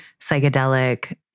psychedelic